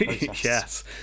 Yes